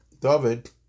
David